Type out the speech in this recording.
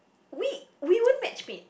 we we won't match mate